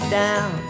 down